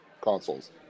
consoles